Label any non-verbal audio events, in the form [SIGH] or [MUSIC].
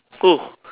[NOISE]